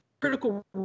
critical